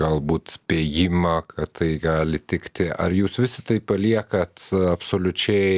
galbūt spėjimą kad tai gali tikti ar jūs visi tai paliekat absoliučiai